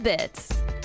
Bits